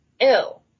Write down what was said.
ill